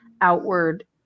outward